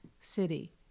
city